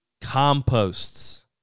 composts